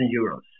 euros